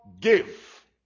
give